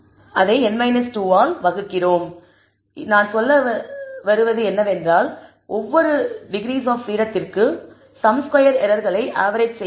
எனவே நான் சொல்வது என்னவென்றால் ஒவ்வொரு ஒரு டிகிரீஸ் ஆப் பிரீடத்திற்கு சம் ஸ்கொயர் எரர்களை ஆவெரேஜ் செய்ய வேண்டும்